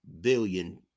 billion